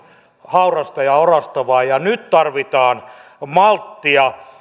haurasta ja orastavaa ja nyt tarvitaan malttia